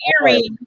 earring